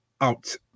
out